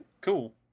cool